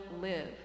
live